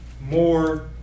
more